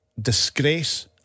disgrace